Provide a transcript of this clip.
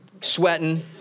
sweating